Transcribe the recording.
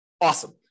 Awesome